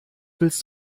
willst